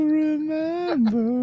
remember